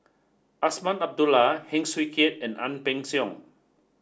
Azman Abdullah Heng Swee Keat and Ang Peng Siong